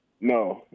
No